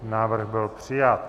Návrh byl přijat.